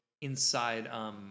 inside